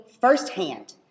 firsthand